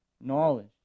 knowledge